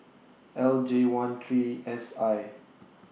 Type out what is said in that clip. L J one three S I